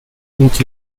each